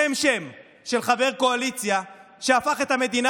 שם-שם של חבר קואליציה שהפך את המדינה